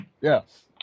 Yes